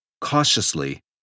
Cautiously